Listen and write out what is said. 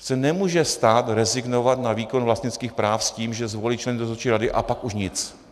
Přece nemůže stát rezignovat na výkon vlastnických práv s tím, že zvolí členy dozorčí rady a pak už nic.